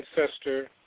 ancestor